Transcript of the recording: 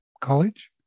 college